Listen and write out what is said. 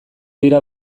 dira